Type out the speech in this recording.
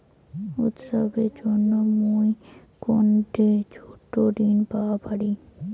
উৎসবের জন্য মুই কোনঠে ছোট ঋণ পাওয়া পারি?